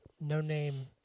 no-name